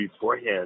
beforehand